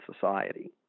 society